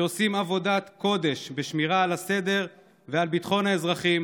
שעושים עבודת קודש בשמירה על הסדר ועל ביטחון האזרחים